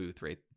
right